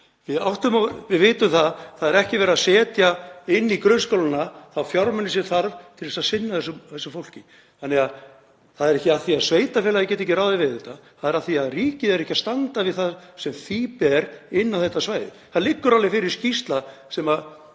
í lamasessi. Við vitum að það er ekki verið að setja inn í grunnskólana þá fjármuni sem þarf til að sinna þessu fólki. Það er þannig ekki af því að sveitarfélagið geti ekki ráðið við þetta, það er af því að ríkið er ekki að standa við það sem því ber inn á þetta svæði. Það liggur fyrir skýrsla sem